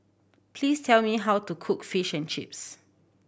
please tell me how to cook Fish and Chips